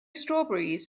strawberries